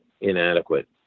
inadequate